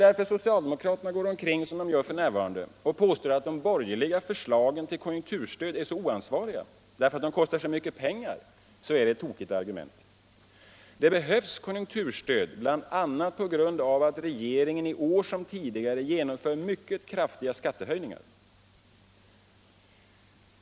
När socialdemokraterna nu går omkring och påstår att de borgerliga förslagen till konjunkturstöd är oansvariga därför att de kostar så mycket pengar är det ett tokigt argument. Konjunkturstöd behövs bl.a. på grund av att regeringen i år som tidigare genomför mycket kraftiga skattehöjningar.